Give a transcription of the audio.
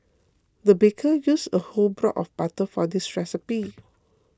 the baker used a whole block of butter for this recipe